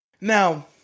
Now